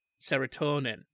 serotonin